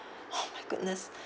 oh my goodness